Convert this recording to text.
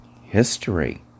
History